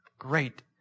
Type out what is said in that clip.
Great